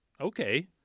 Okay